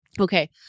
Okay